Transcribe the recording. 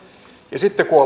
nähden sitten kun